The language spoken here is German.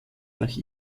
nach